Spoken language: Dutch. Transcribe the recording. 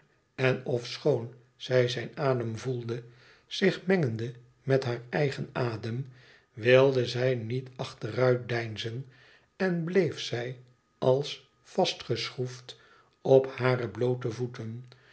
en ofschoon zij zijn adem voelde zich mengende met haar eigen adem wilde zij niet achteruit deinzen en bleef zij als vastgeschroefd op hare bloote voeten